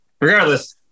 regardless